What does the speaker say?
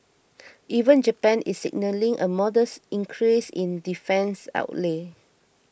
even Japan is signalling a modest increase in defence outlays